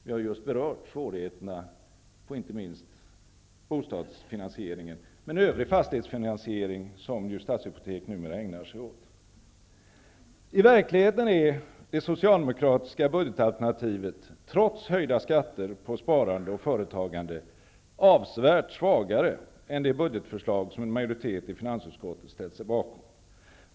Vi har just berört svårigheterna inte minst när det gäller bostadsfinansieringen, men också övrig fastighetsfinansiering, som Stadshypotek numera ägnar sig åt. I verkligheten är det socialdemokratiska budgetalternativet -- trots höjda skatter på sparande och företagande -- avsevärt svagare än det budgetförslag som en majoritet i finansutskottet ställt sig bakom.